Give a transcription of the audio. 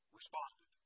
responded